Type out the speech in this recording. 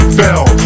fell